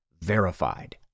verified